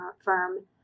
firm